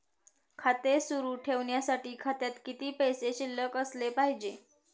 खाते सुरु ठेवण्यासाठी खात्यात किती पैसे शिल्लक असले पाहिजे?